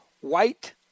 White